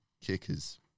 kickers